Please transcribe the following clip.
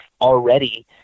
already